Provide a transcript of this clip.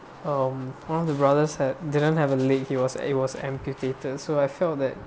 um one of the brothers had didn't have a leg he was he was amputated so I felt that